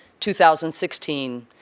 2016